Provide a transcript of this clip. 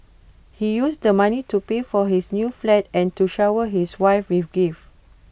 he used the money to pay for his new flat and to shower his wife with gifts